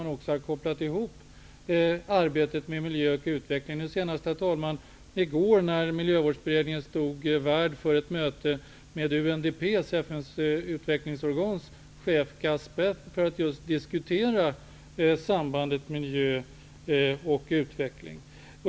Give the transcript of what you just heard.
Där har man kopplat ihop arbetet med miljö och utveckling. Senast, herr talman, var i går när Miljövårdsberedningen stod värd för ett möte med chefen för UNDP, FN:s utvecklingsorgan, för att just diskutera sambandet mellan miljö och utveckling.